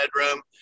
bedroom